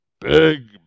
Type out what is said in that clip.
Big